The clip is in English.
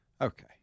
Okay